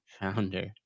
Founder